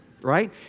Right